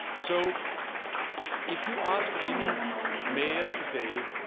so if you ask any mayor today,